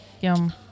yum